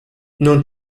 non